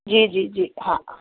जी जी जी हा